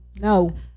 No